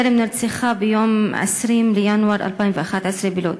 בטרם נרצחה ביום 20 בינואר 2011 בלוד,